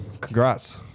congrats